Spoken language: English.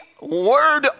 word